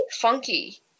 funky